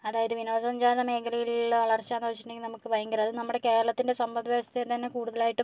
അതായത് വിനോദസഞ്ചാര മേഖലകളിലുള്ള വളർച്ച എന്ന് വെച്ചിട്ടുണ്ടെങ്കിൽ നമുക്ക് ഭയങ്കര അത് നമ്മുടെ കേരളത്തിൻ്റെ സമ്പത്ത് വ്യവസ്ഥയെ തന്നെ കൂടുതലായിട്ടും